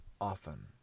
often